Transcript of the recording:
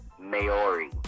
Maori